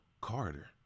Carter